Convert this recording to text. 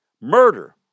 murder